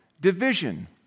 division